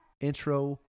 intro